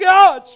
God